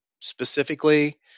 specifically